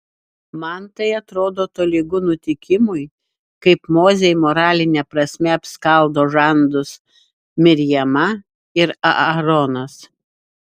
man tai atrodo tolygu nutikimui kaip mozei moraline prasme apskaldo žandus mirjama ir aaronas